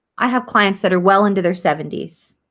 i have clients that are well into their seventy s